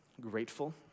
grateful